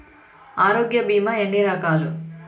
ఆరోగ్య బీమా ఎన్ని రకాలు?